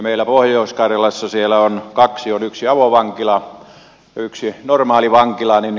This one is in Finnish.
meillä pohjois karjalassa on kaksi on yksi avovankila ja yksi normaalivankila